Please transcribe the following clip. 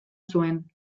zuen